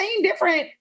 different